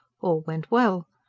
all went well.